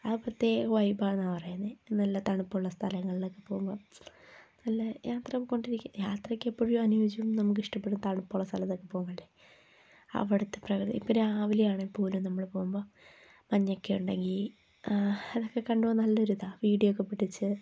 ആ പ്രത്യേക വൈബാണെന്നാണ് പറയുന്നത് നല്ല തണുപ്പുള്ള സ്ഥലങ്ങളിലൊക്കെ പോകുമ്പോള് നല്ല യാത്ര യാത്രയ്ക്കെപ്പോഴും അനുയോജ്യം നമുക്കിഷ്ടപ്പെടുന്ന തണുപ്പുള്ള സ്ഥലത്തൊക്കെ പോകുകയല്ലേ അവിടത്തെ ഇപ്പം രാവിലെ ആണെങ്കില് പോലും നമ്മള് പോകുമ്പോള് മഞ്ഞൊക്കെ ഉണ്ടെങ്കില് അതൊക്കെ കണ്ടുപോവാന് നല്ലൊരിതാ വീഡിയോ ഒക്കെ പിടിച്ച്